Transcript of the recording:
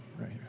right